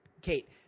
Kate